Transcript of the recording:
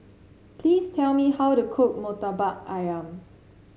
please tell me how to cook Murtabak ayam